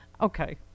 okay